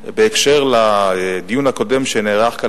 שם,